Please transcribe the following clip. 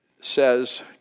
says